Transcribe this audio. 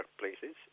places